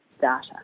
data